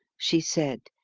she said,